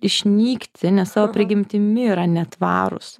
išnykti nes savo prigimtimi yra netvarūs